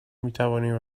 میتوانیم